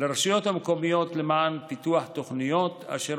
לרשויות המקומיות למען פיתוח תוכניות אשר